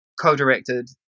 co-directed